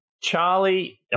Charlie